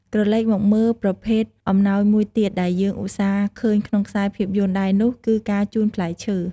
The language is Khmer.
ក្រឡេកមកមើលប្រភេទអំណោយមួយទៀតដែលយើង ឧស្សាហ៍ឃើញក្នុងខ្សែភាពយន្តដែរនោះ គឺការជូនផ្លែឈើ។